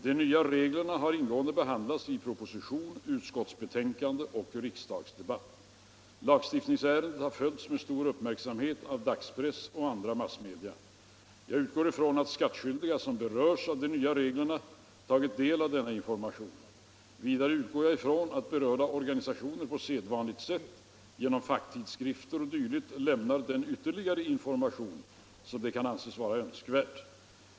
De nya reglerna har ingående behandlats i proposition, utskottsbetänkande och riksdagsdebatt. Lagstiftningsärendet har följts med stor uppmärksamhet av dagspress och andra massmedia. Jag utgår ifrån att skattskyldiga som berörs av de nya reglerna tagit del av denna information. Vidare utgår jag ifrån att berörda organisationer på sedvanligt sätt genom facktidskrifter o. d. lämnar den ytterligare information som de kan anse önskvärd.